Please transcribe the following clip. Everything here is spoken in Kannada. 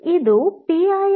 ಇದು ಪಿಐಆರ್ ಸಂವೇದಕವಾಗಿದೆ